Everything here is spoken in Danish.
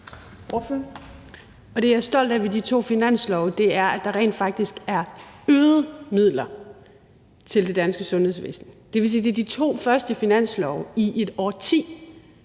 Det, jeg er stolt af ved de to finanslove, er, at der rent faktisk er sket en forøgelse af midlerne til det danske sundhedsvæsen. Det vil sige, at det er de to første finanslove i et årti,